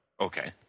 Okay